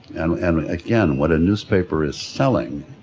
and again what a newspaper is selling,